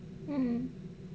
mm